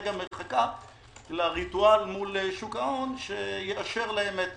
כרגע מחכה לריטואל מול שוק ההון שיאשר להם את